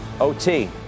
OT